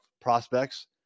prospects